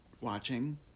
watching